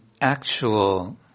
actual